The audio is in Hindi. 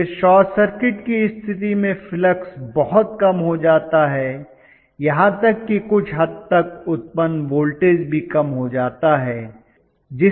क्योंकि शॉर्ट सर्किट की स्थिति में फ्लक्स बहुत कम हो जाता है यहां तक कि कुछ हद तक उत्पन्न वोल्टेज भी कम हो जाता है